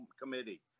committee